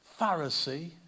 Pharisee